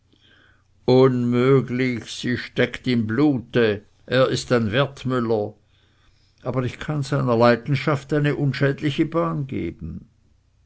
unmöglich sie steckt im blute er ist ein wertmüller aber ich kann seiner leidenschaft eine unschädliche bahn geben